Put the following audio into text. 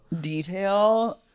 detail